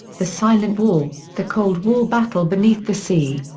the silent war the cold war battle beneath the sea.